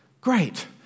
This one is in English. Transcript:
Great